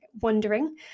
wondering